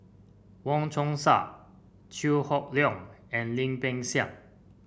Wong Chong Sai Chew Hock Leong and Lim Peng Siang